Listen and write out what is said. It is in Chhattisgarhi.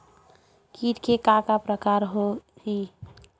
कीट के का का प्रकार हो होही?